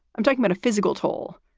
i'm talking about a physical toll.